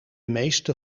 meeste